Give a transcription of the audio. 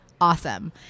awesome